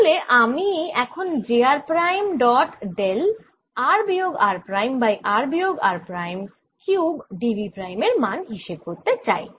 তাহলে আমি এখন j r prime dot del r বিয়োগ r প্রাইম বাই r বিয়োগ r prime cube d V prime এর মান হিসেব করতে চাই